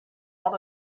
all